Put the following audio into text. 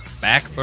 Back